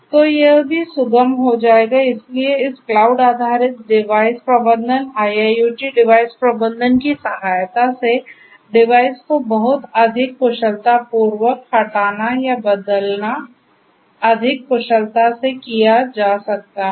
तो यह भी सुगम हो जाएगा इसलिए इस क्लाउड आधारित डिवाइस प्रबंधन IIoT डिवाइस प्रबंधन की सहायता से डिवाइस को बहुत अधिक कुशलतापूर्वक हटाना या बदलना अधिक कुशलता से किया जा सकता है